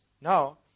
Now